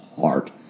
heart